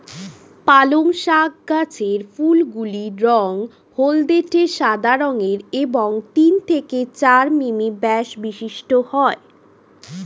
পালং শাক গাছের ফুলগুলি রঙ হলদেটে সাদা রঙের এবং তিন থেকে চার মিমি ব্যাস বিশিষ্ট হয়